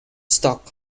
stock